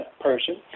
person